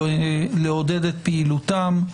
לעודד את פעילותם.